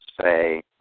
say